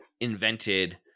invented